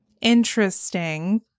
interesting